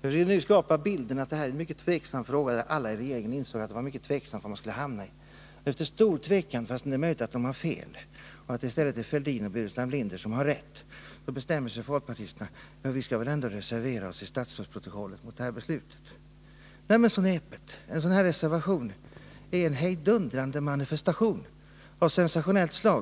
försöker nu ge sken av att det här är en fråga där alla i regeringen insåg att det var mycket osäkert hur man borde handla. Efter stor tvekan skulle alltså folkpartisterna ha bestämt sig för att reservera sig i statsrådsprotokollet mot det här beslutet. Så näpet! En sådan här reservation är en hejdundrande manifestation av sensationellt slag.